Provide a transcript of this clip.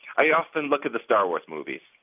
i often look at thestar wars movies,